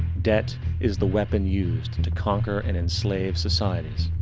debt is the weapon used to conquer and enslave societies,